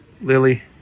Lily